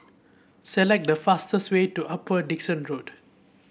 select the fastest way to Upper Dickson Road